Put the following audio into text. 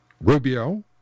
Rubio